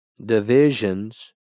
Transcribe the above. divisions